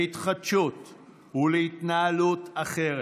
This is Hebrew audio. להתחדשות ולהתנהלות אחרת.